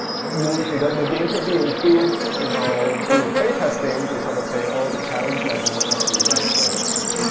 you know game could be improved you know through play testing to sort of say, oh, the challenge level might not be right for instance.